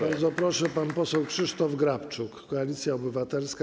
Bardzo proszę, pan poseł Krzysztof Grabczuk, Koalicja Obywatelska.